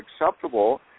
acceptable